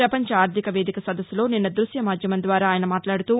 ప్రపంచ ఆర్థిక వేదిక సదస్సులో నిన్న దృశ్యమాధ్యమం ద్వారా ఆయన మాట్లాడుతూ